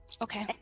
okay